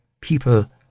people